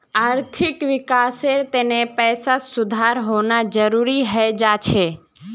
आर्थिक विकासेर तने पैसात सुधार होना जरुरी हय जा छे